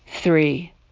three